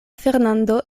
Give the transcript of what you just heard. fernando